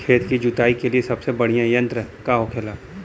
खेत की जुताई के लिए सबसे बढ़ियां यंत्र का होखेला?